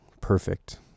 perfect